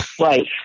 Right